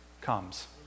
comes